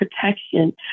protection